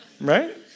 Right